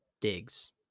digs